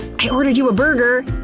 i ordered you a burger.